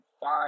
five